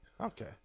Okay